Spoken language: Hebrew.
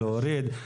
להוריד.